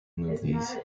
movies